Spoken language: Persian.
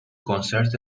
کنسرت